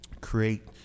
create